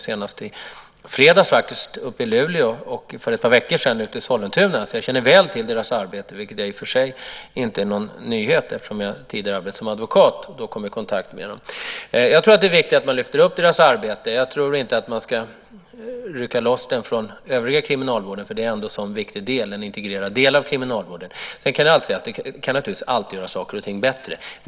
Senast i fredags var jag uppe i Luleå, och för ett par veckor sedan var jag i Sollentuna. Jag känner därför väl till frivårdens arbete. Det är i och för sig ingen nyhet för mig eftersom jag tidigare arbetade som advokat och då kom i kontakt med den. Det är viktigt att man lyfter fram frivårdens arbete. Jag tror inte att man ska rycka loss frivården från den övriga kriminalvården eftersom den är en så viktig integrerad del av kriminalvården. Sedan kan saker och ting alltid göras bättre.